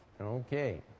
Okay